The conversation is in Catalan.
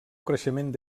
creixement